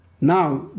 Now